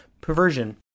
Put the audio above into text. perversion